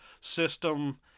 system